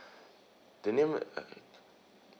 the name uh